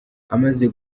amaze